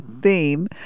theme